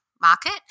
market